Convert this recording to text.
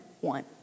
one